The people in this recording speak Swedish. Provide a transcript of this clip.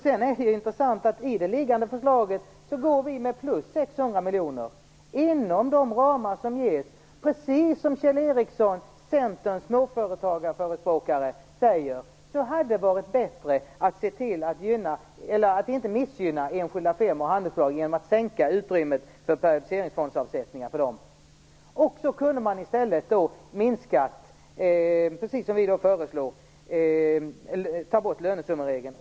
Det är intressant att vårt förslag innebär ett plus på 600 miljoner, inom de ramar som ges. Det hade, precis som Centerns småföregarförespråkare Kjell Ericsson säger, varit bättre att inte missgynna enskilda firmor och handelsbolag genom att sänka utrymmet för periodiseringsfondsavsättningar. Då kunde man i stället ha tagit bort lönesummeregeln, precis som vi föreslår.